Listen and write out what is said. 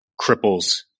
cripples